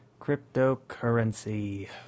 Cryptocurrency